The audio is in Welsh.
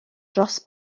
dros